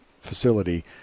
facility